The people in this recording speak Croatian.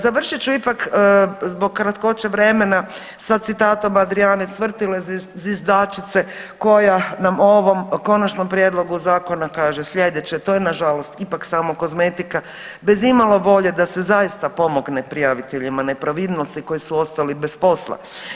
Završit ću ipak zbog kratkoće vremena sa citatom Adrijane Cvrtile, zviždačice koja nam o ovom konačnom prijedlogu zakona kaže sljedeće: „To je na žalost ipak samo kozmetika bez imalo volje da se zaista pomogne prijaviteljima nepravilnosti koji su ostali bez posla.